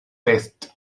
pest